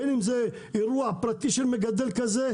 בין אם זה אירוע פרטי של מגדל כזה,